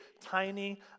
tiny